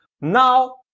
Now